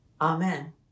Amen